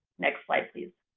next slide, please.